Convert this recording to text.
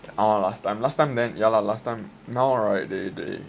orh last time last time then ya lah last time now right they they